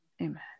Amen